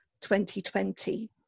2020